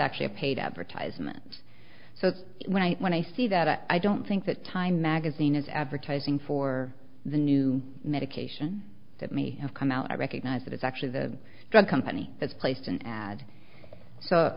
actually a paid advertisement so when i when i see that i don't think that time magazine is advertising for the new medication that me have come out i recognize that it's actually the drug company that's placed an ad so